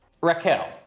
Raquel